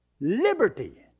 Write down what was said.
liberty